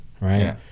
right